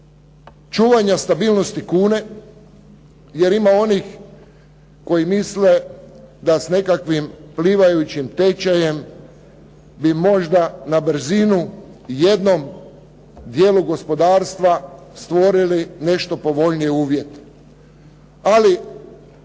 čuvanja stabilnosti kune jer ima onih koji misle da s nekakvim plivajućim tečajem bi možda na brzinu jednom dijelu gospodarstva stvorili nešto povoljnije uvjete, ali